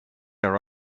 our